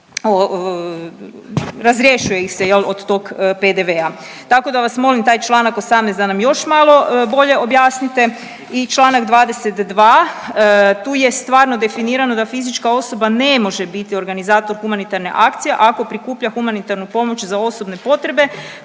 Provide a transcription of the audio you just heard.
razrješuje ih se jel, od tog PDV-a. Tako da vas molim taj čl. 18. da nam još malo bolje objasnite i čl. 22. Tu je stvarno definirano da fizička osoba ne može biti organizator humanitarne akcije ako prikuplja humanitarnu pomoć za osobne potrebe,